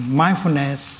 mindfulness